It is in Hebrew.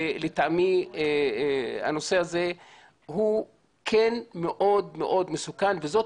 לטעמי הנושא הזה הוא כן מאוד מסוכן וזאת